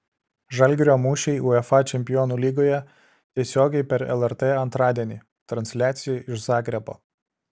žalgirio mūšiai uefa čempionų lygoje tiesiogiai per lrt antradienį transliacija iš zagrebo